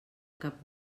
cap